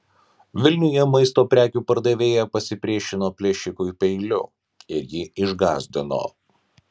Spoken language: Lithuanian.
vilniuje maisto prekių pardavėja pasipriešino plėšikui peiliu ir jį išgąsdino